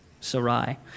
Sarai